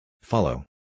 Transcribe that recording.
Follow